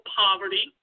poverty